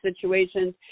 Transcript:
situations